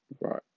Right